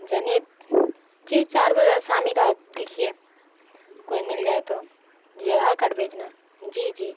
جنہت جی چار بجے شام ہی کا آپ دیکھیے کوئی مل جائے تو جی آدھار کارڈ بھیجنا ہے جی جی